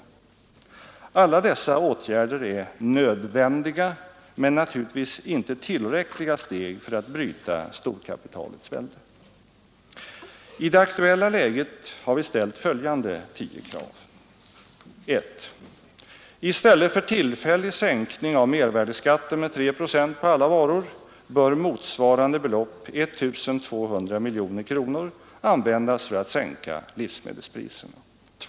Alla dessa åtgärder är nödvändiga, men naturligtvis inte tillräckliga steg för att bryta storkapitalets välde. I det aktuella läget har vi ställt följande tio krav: 1. I stället för tillfällig sänkning av mervärdeskatten med 3 procent på alla varor bör motsvarande belopp, 1 200 miljoner kronor, användas för att sänka livsmedelspriserna.